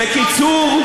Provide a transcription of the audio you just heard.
בקיצור,